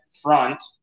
front